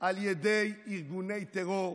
על ידי ארגוני טרור,